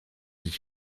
sich